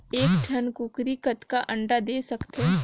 एक ठन कूकरी कतका अंडा दे सकथे?